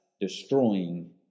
destroying